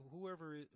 whoever